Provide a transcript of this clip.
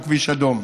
שהוא כביש אדום,